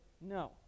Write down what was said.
No